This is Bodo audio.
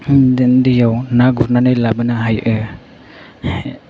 दैयाव ना गुरनानै लाबोनो हायो